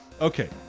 Okay